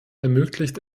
ermöglicht